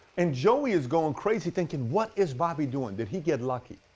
and joey is going crazy thinking, what is bobby doing? did he get lucky?